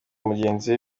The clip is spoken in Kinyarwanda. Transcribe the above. mugenzi